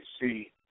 see